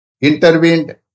intervened